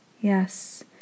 Yes